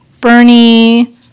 Bernie